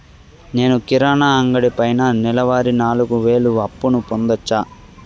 నేను కిరాణా అంగడి పైన నెలవారి నాలుగు వేలు అప్పును పొందొచ్చా?